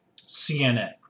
CNN